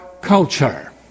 culture